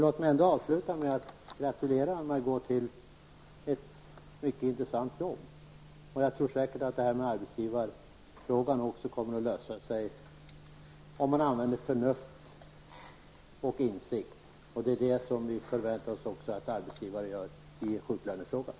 Låt mig avsluta med att gratulera Margó till ett mycket intressant jobb. Jag tror säkert att det här med arbetsgivarfrågan kommer att lösa sig, om man använder förnuft och insikt. Det är det som vi förväntar oss att arbetsgivarna gör i sjuklönefrågan.